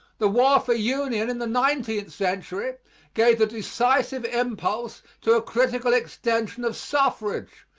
the war for union in the nineteenth century gave the decisive impulse to a critical extension of suffrage,